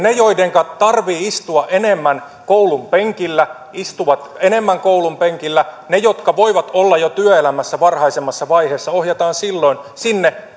ne joidenka tarvitsee istua enemmän koulun penkillä istuvat enemmän koulun penkillä ja ne jotka voivat olla jo työelämässä varhaisemmassa vaiheessa ohjataan silloin sinne